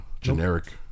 generic